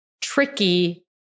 tricky